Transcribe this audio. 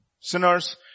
sinners